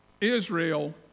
Israel